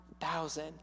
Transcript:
thousand